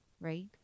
right